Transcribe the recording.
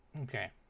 Okay